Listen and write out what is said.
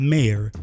Mayor